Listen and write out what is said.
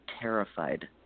terrified